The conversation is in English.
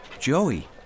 Joey